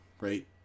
right